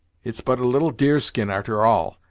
it's but a little deerskin, a'ter all,